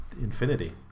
infinity